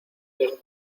los